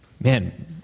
man